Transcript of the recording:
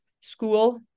school